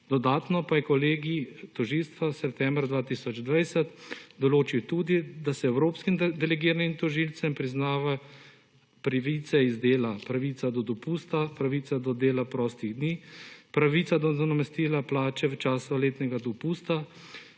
dodatno pa je kolegij tožilstva septembra 2020 določil tudi, da se evropskim delegiranim tožilcem priznavajo pravice iz dela: pravica do dopusta, pravica do dela prostih dni, pravica do nadomestila plače v času letnega dopusta,